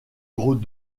gros